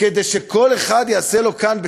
כדי שכל אחד יעשה לו כאן בית-כנסת?